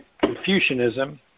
Confucianism